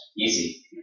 Easy